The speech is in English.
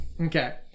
okay